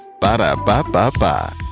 Ba-da-ba-ba-ba